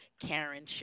Karen